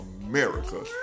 America